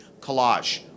collage